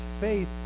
faith